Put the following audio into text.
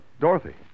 Dorothy